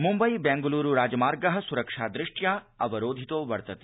मुम्बई बेंगलूरु राजमार्ग सुरक्षा दृष्टया अवरोधितो वर्तते